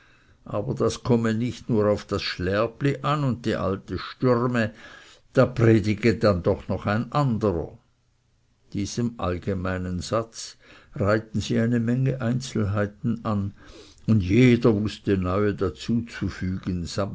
aber das komme nicht nur auf das schlärpli an und die alte stürme da predige dann noch ein anderer diesem allgemeinen satz reihten sie eine menge einzelheiten an und jeder wußte neue